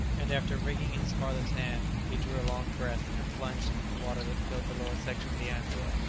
and after wringing his father's hand, he drew a long breath, and plunged into the water that filled the lower section of the ant-hill.